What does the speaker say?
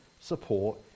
support